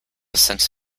sense